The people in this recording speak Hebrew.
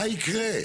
מה יקרה?